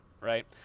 right